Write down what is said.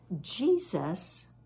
Jesus